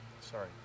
Sorry